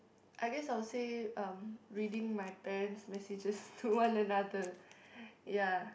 I guess I will say um reading my parents messages to one another ya